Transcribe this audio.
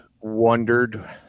wondered